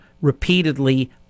repeatedly